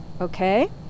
okay